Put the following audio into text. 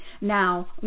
Now